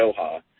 Doha